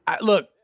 Look